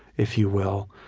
if you will,